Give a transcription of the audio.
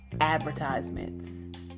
advertisements